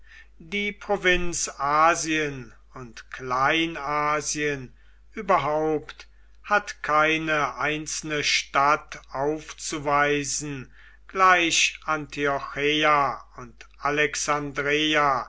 die provinz asien und kleinasien überhaupt hat keine einzelne stadt aufzuweisen gleich antiocheia und alexandreia